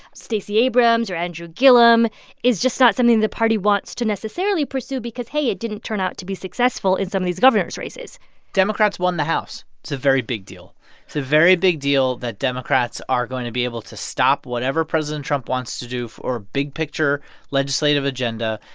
stacey abrams or andrew gillum is just not something the party wants to necessarily pursue because, hey, it didn't turn out to be successful in some of these governors' races democrats won the house. it's a very big deal. it's a very big deal that democrats are going to be able to stop whatever president trump wants to do for a big picture legislative agenda,